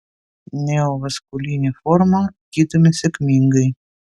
neovaskulinę formą gydome sėkmingai